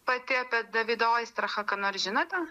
pati apie davidą oistrachą ką nors žinote